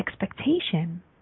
expectation